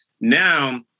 now